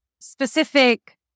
specific